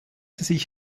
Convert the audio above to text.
sich